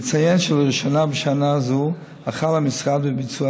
נציין שלראשונה בשנה זו החל המשרד בביצוע